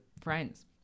friends